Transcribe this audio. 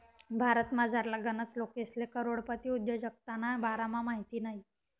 भारतमझारला गनच लोकेसले करोडपती उद्योजकताना बारामा माहित नयी